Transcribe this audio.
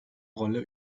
rolle